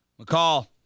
McCall